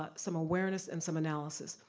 ah some awareness and some analysis.